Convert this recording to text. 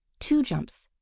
two jumps!